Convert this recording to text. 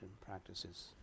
practices